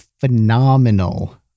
phenomenal